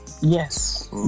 Yes